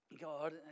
God